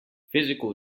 physical